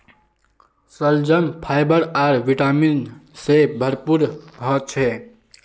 शलजम फाइबर आर विटामिन से भरपूर ह छे